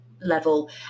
level